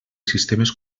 sistemes